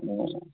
ꯑꯣ